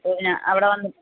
അപ്പോൾ ഞാൻ അവിടെ വന്നിട്ട്